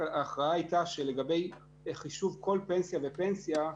ההכרעה הייתה שלגבי חישוב כל פנסיה ופנסיה,